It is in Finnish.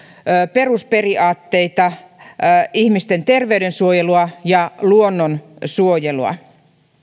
perusperiaatteita ihmisten terveyden suojelua ja luonnonsuojelua